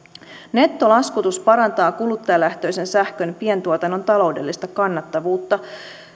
nettolaskutus parantaa kuluttajalähtöisen sähkön pientuotannon taloudellista kannattavuutta